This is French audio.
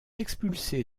expulsé